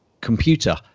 computer